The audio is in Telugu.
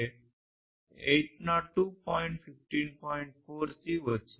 4 సి వచ్చింది